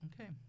Okay